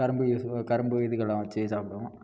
கரும்பு இதுக கரும்பு இதுகளெலாம் வச்சு சாப்பிடுவோம்